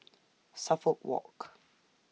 Suffolk Walk